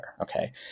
Okay